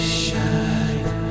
shine